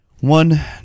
one